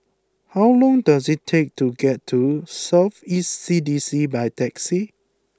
how long does it take to get to South East C D C by taxi